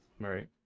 right